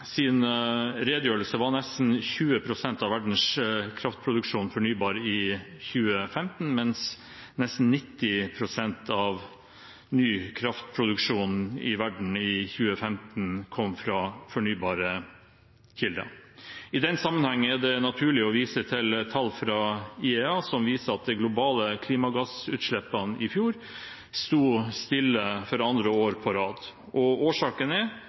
sin redegjørelse, var nesten 20 pst. av verdens kraftproduksjon fornybar i 2015, mens nesten 90 pst. av ny kraftproduksjon i verden i 2015 kom fra fornybare kilder. I den sammenheng er det naturlig å vise til tall fra IEA, som viser at de globale klimagassutslippene i fjor sto stille for andre år på rad. Årsaken er